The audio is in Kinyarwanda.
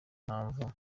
mpamvu